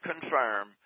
confirm